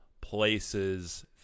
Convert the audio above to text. places